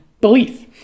belief